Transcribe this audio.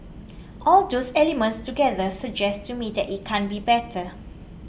all those elements together suggest to me that it can't be better